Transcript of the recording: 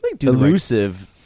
elusive